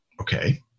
okay